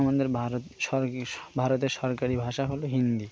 আমাদের ভারত ভারতের সরকারি ভাষা হলো হিন্দি